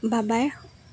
বাবাই